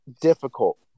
difficult